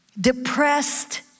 depressed